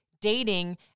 dating